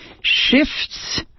shifts